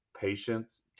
patience